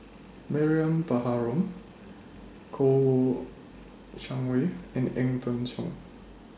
Mariam Baharom Kouo Shang Wei and Ang Peng Siong